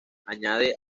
añade